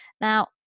Now